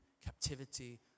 Captivity